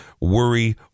worry